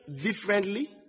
differently